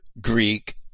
Greek